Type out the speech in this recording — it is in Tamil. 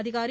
அதிகாரி